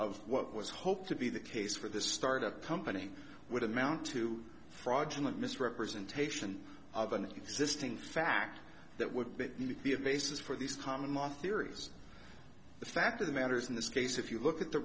of what was hoped to be the case for the start up company would amount to fraudulent misrepresentation of an existing fact that would be a basis for these common my theories the fact of the matter is in this case if you look at the